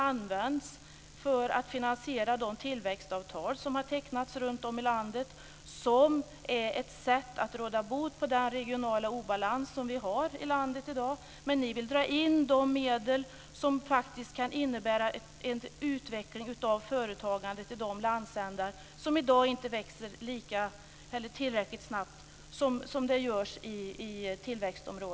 Eftersom arbetsmarknaden blir allt rörligare är det angeläget att skattelagstiftningen anpassas härefter. Jag vill även ta upp några andra frågor som är viktiga när det gäller inkomstbeskattningen, och det är, som också har lyfts fram i moderata motioner, vinstandelsstiftelser.